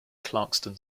clarkston